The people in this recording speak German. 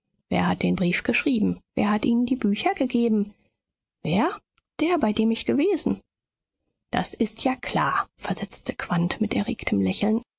wer hat den brief geschrieben wer hat ihnen die bücher gegeben wer der bei dem ich gewesen das ist ja klar versetzte quandt mit erregtem lächeln